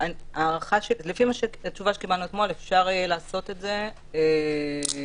-- -לפי התשובה שקיבלנו אתמול אפשר לעשות את זה עם